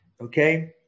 Okay